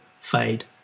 fade